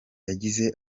yagize